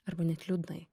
arba net liūdnai